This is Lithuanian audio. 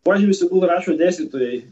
pažymius tegul rašo dėstytojai